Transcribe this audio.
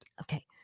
Okay